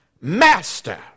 Master